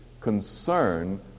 concern